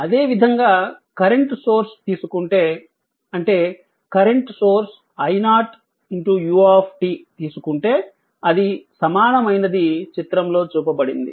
అదేవిధంగా current source తీసుకుంటే అంటే కరెంట్ సోర్స్ i0u తీసుకుంటే దాని సమానమైనది చిత్రంలో చూపబడింది